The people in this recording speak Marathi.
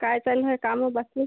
काय चालू आहे कामं बाकी